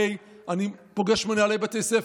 אני פוגש מנהלי בתי ספר,